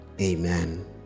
amen